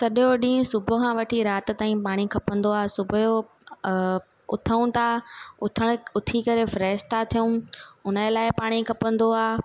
सॼो ॾींहुं सुबुह खां वठी राति ताईं पाणी खपंदो आहे सुबुह जो उथूं था उथणु उथी करे फ्रेश था थियूं उनजे लाइ पाणी खपंदो आहे